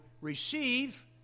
receive